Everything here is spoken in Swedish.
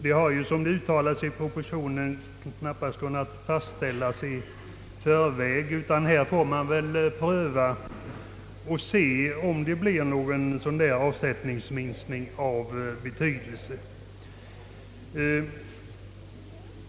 Det har ju, som det uttalats i propositionen, knappast kunnat fastställas i förväg, utan här får man väl pröva sig fram och se, om det uppstår någon avsättningsminskning av betydelse.